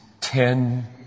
ten